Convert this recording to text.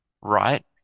right